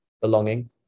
belonging